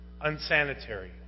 unsanitary